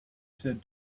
said